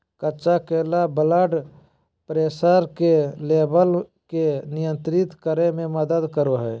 कच्चा केला blood pressure के लेवल के नियंत्रित करय में मदद करो हइ